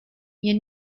you